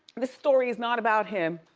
the story is not about him.